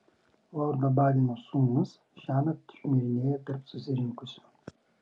lordo badeno sūnus šiąnakt šmirinėjo tarp susirinkusių